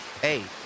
hey